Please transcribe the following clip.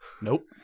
Nope